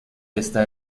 está